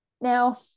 Now